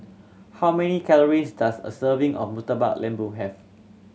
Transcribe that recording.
how many calories does a serving of Murtabak Lembu have